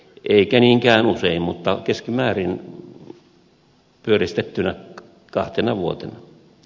eikä niinkään usein mutta keskimäärin pyöristettynä kahtena vuotena